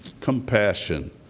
compassion